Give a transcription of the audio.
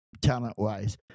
talent-wise